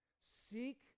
Seek